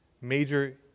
major